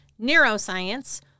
neuroscience